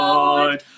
Lord